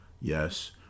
Yes